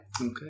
Okay